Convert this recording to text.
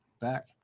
back